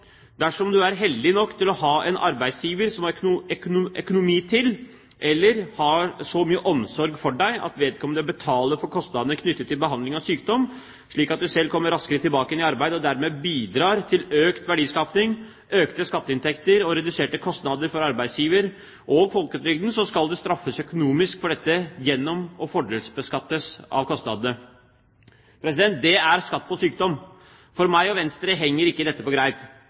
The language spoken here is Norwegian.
Dersom du er heldig nok til å ha en arbeidsgiver som har økonomi til – eller har så mye omsorg for deg – å betale for kostnadene knyttet til behandling av sykdom, slik at du selv kommer raskere tilbake igjen i arbeid og dermed bidrar til økt verdiskaping, økte skatteinntekter og reduserte kostnader for arbeidsgiver – og folketrygden – skal du straffes økonomisk for dette gjennom å fordelsbeskattes av kostnadene. Det er skatt på sykdom! For meg og Venstre henger ikke dette på greip.